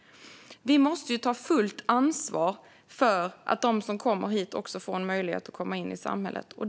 Vi måste ta fullt ansvar för att de som kommer hit också får en möjlighet att komma in i samhället.